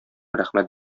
рәхмәт